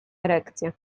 erekcję